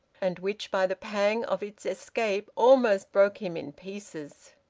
and which by the pang of its escape almost broke him in pieces.